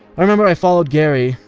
i remember i followed gary,